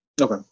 okay